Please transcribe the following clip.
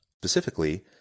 Specifically